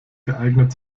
geeignet